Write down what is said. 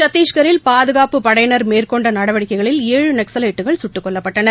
சத்திஷ்கரில் பாதுகாப்புப் படையினர் மேற்கொண்டநடவடிக்கைகளில் எழுநக்ஸடை்டுகள் சுட்டுக் கொல்லப்பட்டனர்